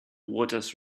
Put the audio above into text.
waters